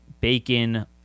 bacon